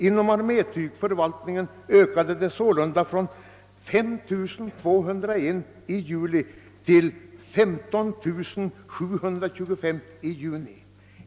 Inom armétygförvaltningen ökade de sålunda från 5 201 i juli till 15725 i juni.